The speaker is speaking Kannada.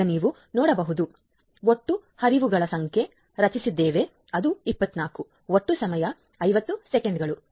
ಈಗ ನೀವು ನೋಡಬಹುದು ನಾವು ಒಟ್ಟು ಹರಿವುಗಳ ಸಂಖ್ಯೆಯನ್ನು ರಚಿಸಿದ್ದೇವೆ ಅದು 24 ಒಟ್ಟು ಸಮಯ 50 ಸೆಕೆಂಡುಗಳು